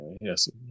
Yes